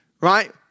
right